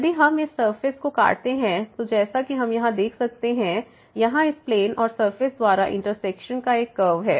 यदि हम इस सरफेस को काटते हैं तो जैसा कि हम यहाँ देख सकते हैं यहाँ इस प्लेन और सरफेस द्वारा इंटरसेक्शन का एक कर्व है